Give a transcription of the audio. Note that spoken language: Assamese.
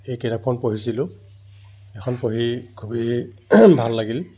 এই কিতাপখন পঢ়িছিলোঁ এইখন পঢ়ি খুবেই ভাল লাগিল